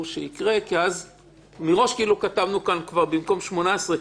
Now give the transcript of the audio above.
שיקרה כי מראש כתבנו כאן במקום 18,